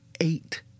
eight